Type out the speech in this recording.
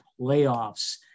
playoffs